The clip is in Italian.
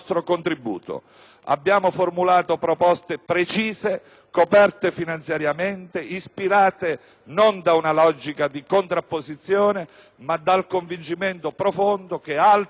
Abbiamo formulato proposte precise, coperte finanziariamente, ispirate non da una logica di contrapposizione ma dal convincimento profondo che altro servirebbe